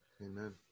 Amen